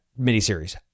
miniseries